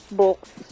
books